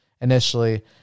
initially